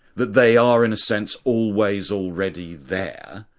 that they are in a sense, always already there,